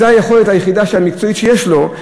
זו היכולת המקצועית היחידה שיש לו.